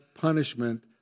punishment